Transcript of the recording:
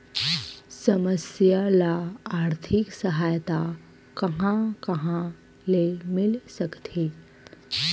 समस्या ल आर्थिक सहायता कहां कहा ले मिल सकथे?